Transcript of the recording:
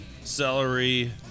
celery